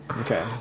Okay